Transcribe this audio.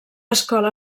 escola